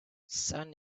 sun